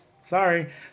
Sorry